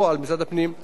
מוצע כי שר הפנים,